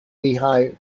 lehigh